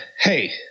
Hey